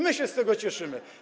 My się z tego cieszymy.